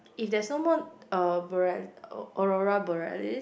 if there's no more uh Boreal~ Aurora Borealis